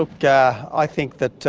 look, yeah i think that